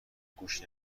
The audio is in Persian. گوش